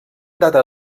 data